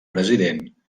president